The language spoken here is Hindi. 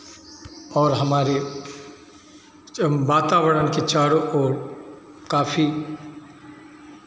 और हमारे वातावरण के चारों ओर काफी